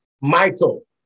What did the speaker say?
Michael